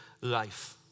life